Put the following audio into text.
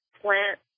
plant